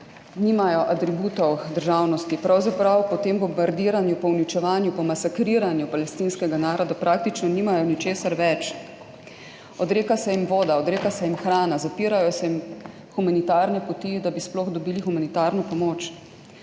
nimajo atributov državnosti, pravzaprav po tem bombardiranju, po uničevanju, po masakriranju palestinskega naroda praktično nimajo ničesar več. Odreka se jim voda, odreka se jim hrana, zapirajo se jim humanitarne poti, da bi sploh dobili humanitarno pomoč.